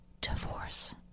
divorce